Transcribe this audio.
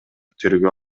тергөө